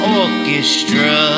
orchestra